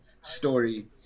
story